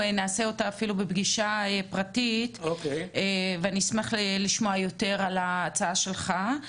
נעשה אותה אפילו בפגישה פרטית ואני אשמח לשמוע יותר על ההצעה שלך.